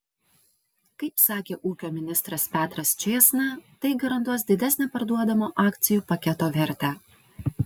kaip sakė ūkio ministras petras čėsna tai garantuos didesnę parduodamo akcijų paketo vertę